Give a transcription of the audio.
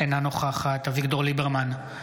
אינה נוכחת אביגדור ליברמן,